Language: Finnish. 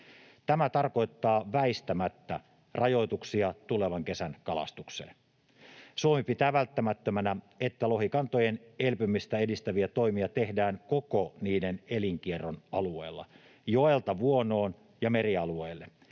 Tämä tarkoittaa väistämättä rajoituksia tulevan kesän kalastukseen. Suomi pitää välttämättömänä, että lohikantojen elpymistä edistäviä toimia tehdään koko niiden elinkierron alueella joelta vuonoon ja merialueelle.